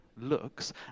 looks